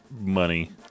money